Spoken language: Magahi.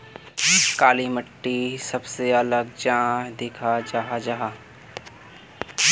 काली मिट्टी सबसे अलग चाँ दिखा जाहा जाहा?